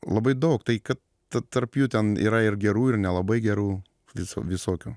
labai daug tai kad tarp jų ten yra ir gerų ir nelabai gerų visų visokių